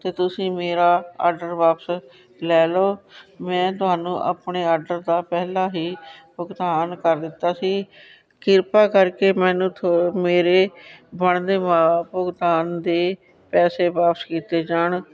ਅਤੇ ਤੁਸੀਂ ਮੇਰਾ ਆਡਰ ਵਾਪਸ ਲੈ ਲਓ ਮੈਂ ਤੁਹਾਨੂੰ ਆਪਣੇ ਆਡਰ ਦਾ ਪਹਿਲਾਂ ਹੀ ਭੁਗਤਾਨ ਕਰ ਦਿੱਤਾ ਸੀ ਕ੍ਰਿਪਾ ਕਰਕੇ ਮੈਨੂੰ ਥੋ ਮੇਰੇ ਬਣਦੇ ਬ ਭੁਗਤਾਨ ਦੇ ਪੈਸੇ ਵਾਪਸ ਕੀਤੇ ਜਾਣ